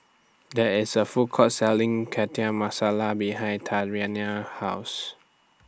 There IS A Food Court Selling Chana Masala behind Tatianna's House